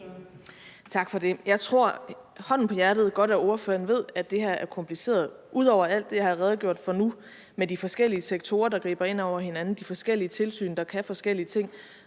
Tak for det. Hånden på hjertet, jeg tror godt, ordføreren ved, at det her er kompliceret. Ud over alt det her, jeg har redegjort for nu med de forskellige sektorer, der griber ind over hinanden, og de forskellige tilsyn, der kan forskellige ting,